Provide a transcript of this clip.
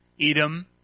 Edom